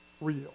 real